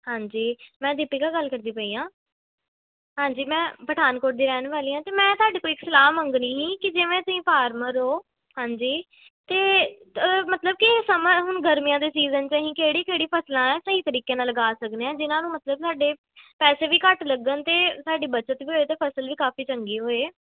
ਹਾਂਜੀ ਮੈਂ ਦੀਪਿਕਾ ਗੱਲ ਕਰਦੀ ਪਈ ਹਾਂ ਹਾਂਜੀ ਮੈਂ ਪਠਾਨਕੋਟ ਦੀ ਰਹਿਣ ਵਾਲੀ ਹਾਂ ਅਤੇ ਮੈਂ ਤੁਹਾਡੇ ਤੋਂ ਇੱਕ ਸਲਾਹ ਮੰਗਣੀ ਸੀ ਕਿ ਜਿਵੇਂ ਤੁਸੀਂ ਫਾਰਮਰ ਹੋ ਹਾਂਜੀ ਅਤੇ ਮਤਲਬ ਕਿ ਸਮਾਂ ਹੁਣ ਗਰਮੀਆਂ ਦੇ ਸੀਜ਼ਨ 'ਚ ਅਸੀਂ ਕਿਹੜੀ ਕਿਹੜੀ ਫ਼ਸਲਾਂ ਸਹੀ ਤਰੀਕੇ ਨਾਲ ਲਗਾ ਸਕਦੇ ਹਾਂ ਜਿਨ੍ਹਾਂ ਨੂੰ ਮਤਲਬ ਸਾਡੇ ਪੈਸੇ ਵੀ ਘੱਟ ਲੱਗਣ ਅਤੇ ਸਾਡੀ ਬੱਚਤ ਵੀ ਹੋਏ ਅਤੇ ਫ਼ਸਲ ਵੀ ਕਾਫੀ ਚੰਗੀ ਹੋਏ